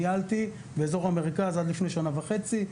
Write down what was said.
ניהלתי באזור המרכז עד לפני שנה וחצי,